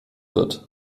wird